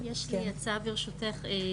יש לי הצעה ברשותך,